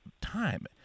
time